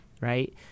right